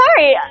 sorry